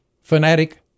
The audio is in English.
fanatic